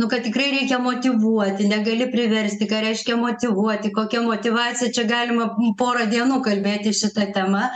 nu kad tikrai reikia motyvuoti negali priversti ką reiškia motyvuoti kokia motyvacija čia galima porą dienų kalbėti šita tema